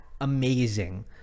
amazing